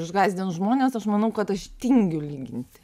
išgąsdint žmones aš manau kad aš tingiu lyginti